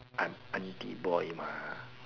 I'm auntie boy mah